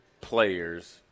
players